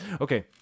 Okay